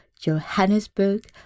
johannesburg